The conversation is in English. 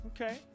Okay